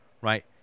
right